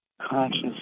conscious